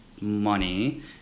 money